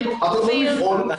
אומרים שאנחנו יכולים לפעול,